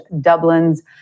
Dublin's